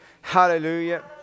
Hallelujah